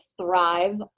thrive